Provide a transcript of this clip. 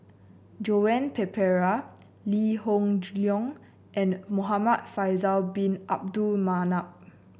Joan Pereira Lee Hoon Leong and Muhamad Faisal Bin Abdul Manap